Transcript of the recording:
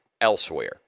elsewhere